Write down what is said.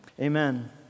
Amen